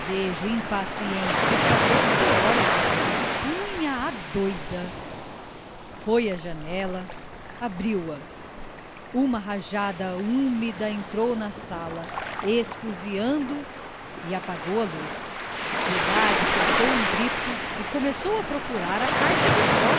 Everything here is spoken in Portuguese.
o desejo impaciente de saber que horas eram punha a doida foi à janela abriu-a uma rajada úmida entrou na sala esfuziando e apagou a luz piedade soltou um grito e começou a procurar a caixa de